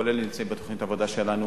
כל אלה נמצאים בתוכנית העבודה שלנו